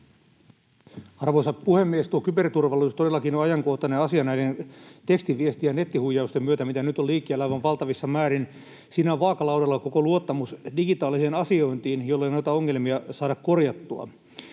Arvoisa puhemies! Kyberturvallisuus todellakin on ajankohtainen asia näiden tekstiviesti- ja nettihuijausten myötä, mitä nyt on liikkeellä aivan valtavissa määrin. Siinä on vaakalaudalla koko luottamus digitaaliseen asiointiin, jollei noita ongelmia saada korjattua.